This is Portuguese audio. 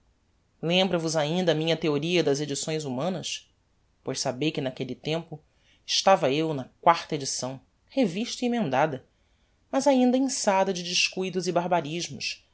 lembra vos ainda a minha theoria das edições humanas pois sabei que naquelle tempo estava eu na quarta edição revista e emendada mas ainda inçada de descuidos e barbarismos